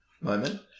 moment